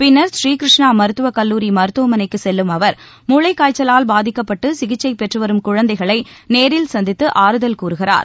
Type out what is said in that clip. பின்னர் ஸ்ரீ கிருஷ்ணா மருத்துவக் கல்லூரி மருத்துவமனைக்கு செல்லும் அவர் மூளைக்காய்ச்சலால் பாதிக்கப்பட்டு சிகிச்சை பெற்றுவரும் குழந்தைகளை நேரில் சந்தித்து ஆறுதல் கூறுகிறார்